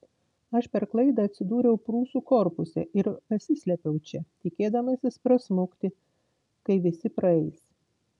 aš per klaidą atsidūriau prūsų korpuse ir pasislėpiau čia tikėdamasis prasmukti kai visi praeis